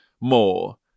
more